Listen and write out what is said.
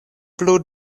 plu